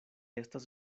estas